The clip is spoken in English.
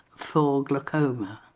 for glaucoma.